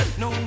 no